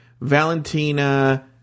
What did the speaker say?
Valentina